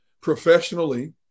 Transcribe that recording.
professionally